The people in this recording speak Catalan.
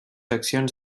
accions